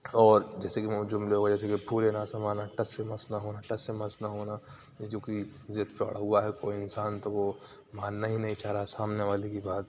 اور جیسے کہ جملے ہو جیسے کہ پھولے نہ سمانا ٹس سے مس نہ ہونا ٹس سے مس نہ ہونا یہ جو کہ ضد پہ اڑا ہوا ہے کوئی انسان تو وہ ماننا ہی نہیں چاہ رہا سامنے والے کی بات